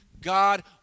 God